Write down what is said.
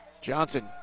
Johnson